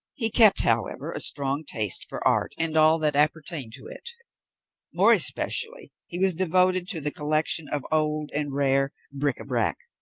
he kept, however, a strong taste for art and all that appertained to it more especially he was devoted to the collection of old and rare bric-a-brac.